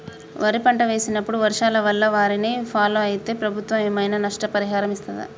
వరి పంట వేసినప్పుడు వర్షాల వల్ల వారిని ఫాలో అయితే ప్రభుత్వం ఏమైనా నష్టపరిహారం ఇస్తదా?